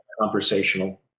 conversational